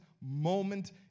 moment